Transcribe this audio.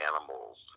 animals